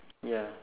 ya